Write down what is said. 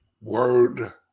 word